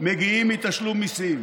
מגיעים מתשלום מיסים.